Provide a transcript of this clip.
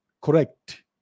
correct